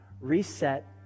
reset